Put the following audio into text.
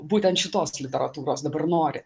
būtent šitos literatūros dabar nori